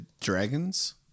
dragons